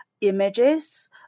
images